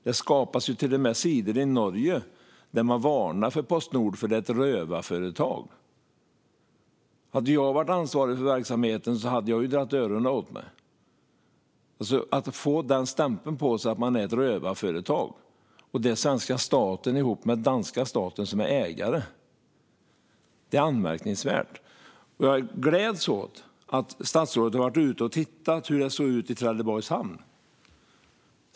Det skapas till och med sidor i Norge där man varnar för Postnord som ett rövarföretag. Hade jag varit ansvarig för verksamheten hade jag dragit öronen åt mig. Att ett företag som den svenska staten ihop med danska staten är ägare till får stämpeln rövarföretag på sig är anmärkningsvärt. Jag gläds åt att statsrådet har varit ute och tittat hur det ser ut i Trelleborgs hamn.